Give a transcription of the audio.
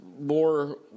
more